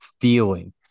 feeling